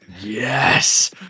Yes